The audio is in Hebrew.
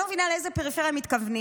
אני לא מבינה לאיזו פריפריה מתכוונים